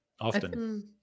Often